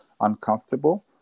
uncomfortable